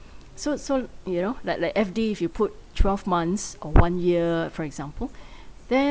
so so you know like like F_D if you put twelve months or one year for example then